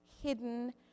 hidden